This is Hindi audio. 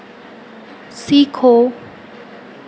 सीखो